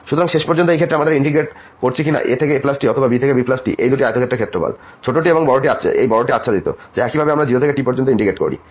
সুতরাং শেষ পর্যন্ত এই ক্ষেত্রে আমরা ইন্টিগ্রেট করছি কিনা a থেকে aT অথবা b থেকে bT এই দুটি আয়তক্ষেত্রের ক্ষেত্রফল ছোটটি এবং এই বড়টি আচ্ছাদিত যা একইভাবে যদি আমরা 0 থেকে T পর্যন্ত ইন্টিগ্রেট করি